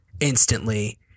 Instantly